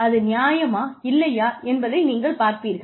அது நியாயமா இல்லையா என்பதை நீங்கள் பார்ப்பீர்கள்